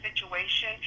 situation